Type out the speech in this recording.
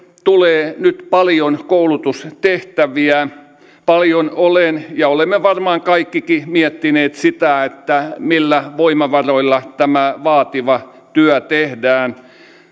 tulee nyt paljon koulutustehtäviä paljon olen ja olemme varmaankin kaikki miettineet sitä millä voimavaroilla tämä vaativa työ tehdään